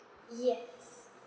yes